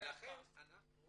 מציע